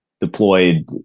deployed